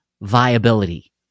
viability